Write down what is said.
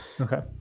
okay